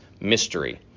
mystery